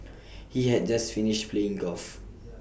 he had just finished playing golf